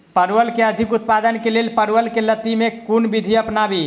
परवल केँ अधिक उत्पादन केँ लेल परवल केँ लती मे केँ कुन विधि अपनाबी?